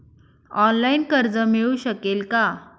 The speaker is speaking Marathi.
ऑनलाईन कर्ज मिळू शकेल का?